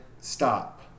stop